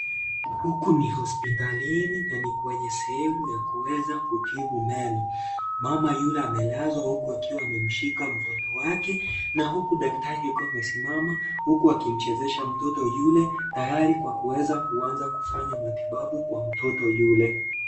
Huku ni hospitalini na ni sehemu ya kuweza kutibu meno. Mama yule amelazwa huku akiwa amemshika mtoto wake na huku daktari akiwa amesimama huku akimchezesha mtoto yule tayari kwa kuweza kuanza kufanya matibabu kwa mtoto yule.